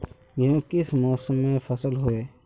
गेहूँ किस मौसमेर फसल होय?